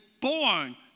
born